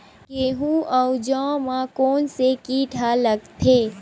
गेहूं अउ जौ मा कोन से कीट हा लगथे?